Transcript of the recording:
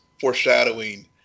foreshadowing